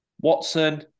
Watson